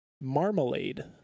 Marmalade